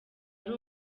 ari